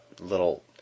little